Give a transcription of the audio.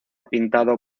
pintado